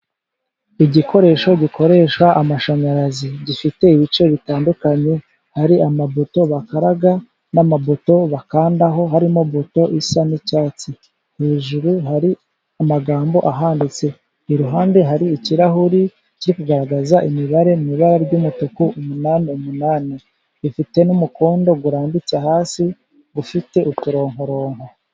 Igikoresho gikoresha amashanyarazi , gifite ibice bitandukanye hari amabuto ba bakaraga n'amabuto bakandaho harimo buto isa n'icyatsi . Hejuru hari amagambo ahanditse , iruhande hari ikirahuri kiri kugaragaza imibare mu ibara ry'umutuku umunani , munani . Bifite n'umukondo urambitse hasi ufite uturongorongo.